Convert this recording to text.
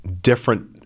different